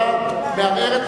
אתה מערער,